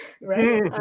Right